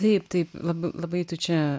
taip taip labai labai tu čia